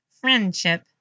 Friendship